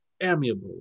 amiable